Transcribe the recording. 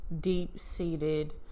deep-seated